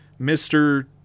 Mr